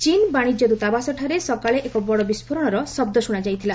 ଚୀନ୍ ବାଣିଜ୍ୟ ଦୂତାବାସଠାରେ ସକାଳେ ଏକ ବଡ଼ ବିସ୍ଫୋରଣର ଶବ୍ଦ ଶୁଣାଯାଇଥିଲା